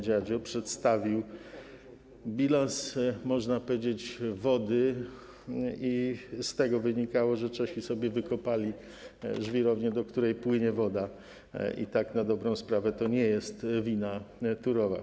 Dziadzio przedstawił bilans, można powiedzieć, wody i z tego wynikało, że Czesi sobie wykopali żwirownię, do której płynie woda i na dobrą sprawę to nie jest wina Turowa.